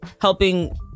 helping